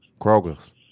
Krogers